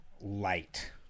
light